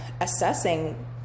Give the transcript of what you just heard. assessing